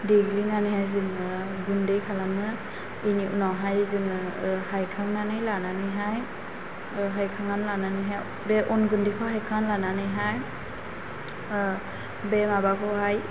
देग्लिनानैहाय जोङो गुन्दै खालामो बेनि उनावहाय जोङो हायखांनानै लानानैहाय हायखांनानै लानानैहाय बे अन गुन्दैखौ हायखांनानै लानानैहाय बे माबाखौहाय